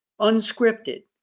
unscripted